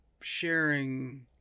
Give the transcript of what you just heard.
sharing